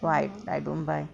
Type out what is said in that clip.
so I I don't buy